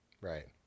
right